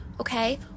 Okay